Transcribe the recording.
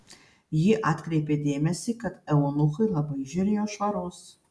ji atkreipė dėmesį kad eunuchai labai žiūrėjo švaros